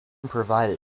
provided